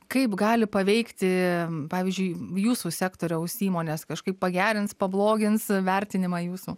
kaip gali paveikti pavyzdžiui jūsų sektoriaus įmones kažkaip pagerins pablogins vertinimą jūsų